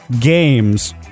games